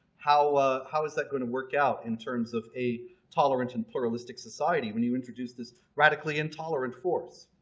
how ah how is that going to work out in terms of a tolerant and pluralistic society when you introduce this radically intolerant force?